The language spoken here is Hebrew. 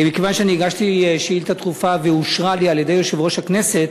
מכיוון שאני הגשתי שאילתה דחופה והיא אושרה לי על-ידי יושב-ראש הכנסת,